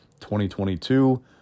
2022